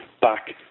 back